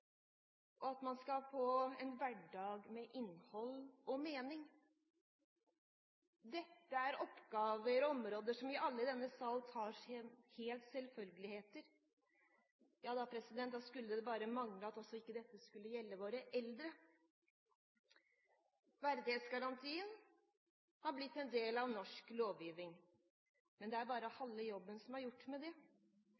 og at en skal få en hverdag med innhold og mening. Dette er oppgaver og områder som vi alle i denne sal tar som selvfølgeligheter. Da skulle det bare mangle om dette ikke også skulle gjelde våre eldre. Verdighetsgarantien har blitt en del av norsk lovgivning. Men det er bare